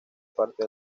parte